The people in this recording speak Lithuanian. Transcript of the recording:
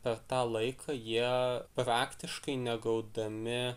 per tą laiką jie praktiškai negaudami